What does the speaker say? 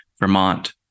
vermont